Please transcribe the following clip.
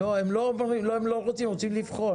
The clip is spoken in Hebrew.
לא, הם לא רוצים, הם רוצים לבחון.